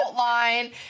outline